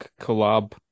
collab